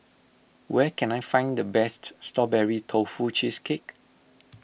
where can I find the best Strawberry Tofu Cheesecake